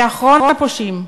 כאחרון הפושעים.